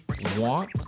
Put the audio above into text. want